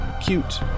Cute